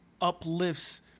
uplifts